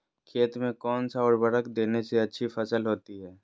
खेत में कौन सा उर्वरक देने से अच्छी फसल होती है?